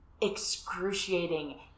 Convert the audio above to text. excruciating